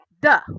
Duh